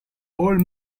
old